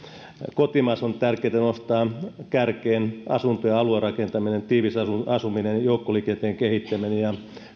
kotimaisuus on tärkeää nostaa kärkeen myös asunto ja aluerakentaminen tiivis asuminen asuminen joukkoliikenteen kehittäminen ja